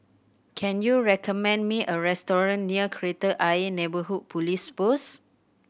can you recommend me a restaurant near Kreta Ayer Neighbourhood Police Post